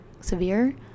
severe